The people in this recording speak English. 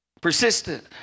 persistent